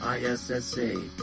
ISSA